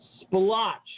Splotch